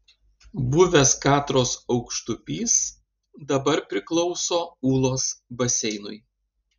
buvęs katros aukštupys dabar priklauso ūlos baseinui